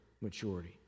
maturity